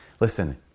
listen